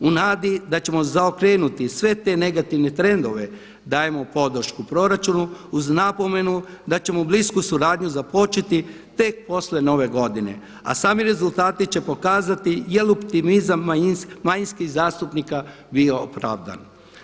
U nadi da ćemo zaokrenuti sve te negativne trendove dajemo podršku proračunu uz napomenu da ćemo blisku suradnju započeti tek poslije Nove godine a sami rezultati će pokazati je li optimizam manjinskih zastupnika bio opravdan.